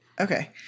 Okay